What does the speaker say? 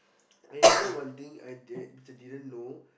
and you know one thing I that did which I didn't know